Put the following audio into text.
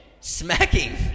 Smacking